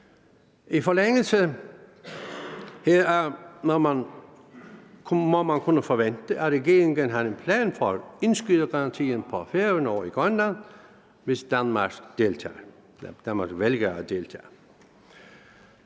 I forlængelse heraf må man kunne forvente, at regeringen har en plan for indskydergarantien på Færøerne og i Grønland, hvis Danmark vælger at deltage.